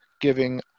giving